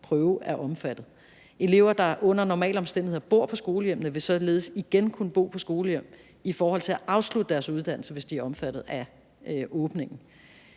prøve er omfattet. Elever, der under normale omstændigheder bor på skolehjemmene, vil således igen kunne bo på skolehjem i forhold til at afslutte deres uddannelse, hvis de er omfattet af åbningen.